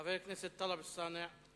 חבר הכנסת טלב אלסאנע.